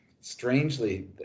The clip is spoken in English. strangely